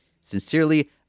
Sincerely